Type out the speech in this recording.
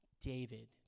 David